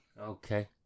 Okay